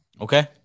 Okay